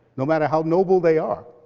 no matter how noble they are,